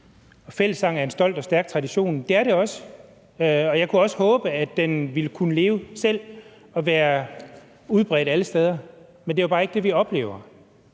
fællessang er en stolt og stærk tradition, og det er det også, og jeg kunne også håbe, at den kunne leve selv og være udbredt alle steder, men det er jo bare ikke det, vi oplever,